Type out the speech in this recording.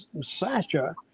Sasha